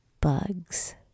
bugs